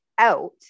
out